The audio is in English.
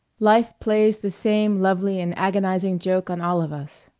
life plays the same lovely and agonizing joke on all of us,